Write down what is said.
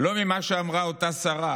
לא ממה שאמרה אותה שרה